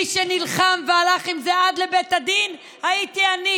מי שנלחם והלך עם זה עד לבית הדין היה אני,